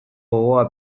gogoa